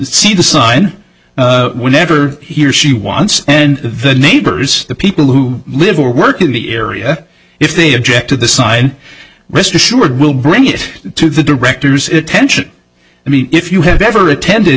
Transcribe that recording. see the sun whenever he or she wants and the neighbors the people who live or work in the area if they object to the sign rest assured we'll bring it to the director's attention i mean if you have ever attended